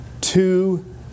two